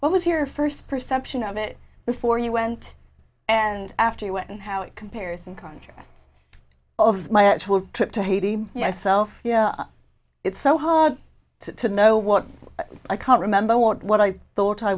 what was your first perception of it before you went and after you went and how it compares and contrasts of my actual trip to haiti i self yeah it's so hard to know what i can't remember what what i thought i